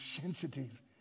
sensitive